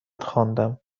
خواندم